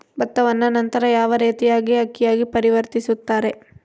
ಭತ್ತವನ್ನ ನಂತರ ಯಾವ ರೇತಿಯಾಗಿ ಅಕ್ಕಿಯಾಗಿ ಪರಿವರ್ತಿಸುತ್ತಾರೆ?